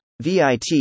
VIT